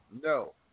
No